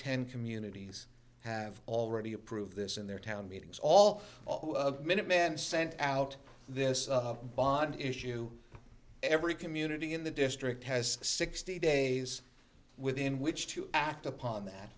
ten communities have already approved this in their town meetings all minuteman sent out this bond issue every community in the district has sixty days within which to act upon that